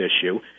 issue